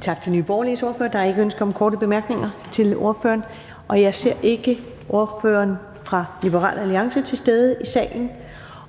Tak til Nye Borgerliges ordfører. Der er ikke ønske om korte bemærkninger til ordføreren. Jeg ser ikke, at ordføreren fra Liberal Alliance er til stede i salen,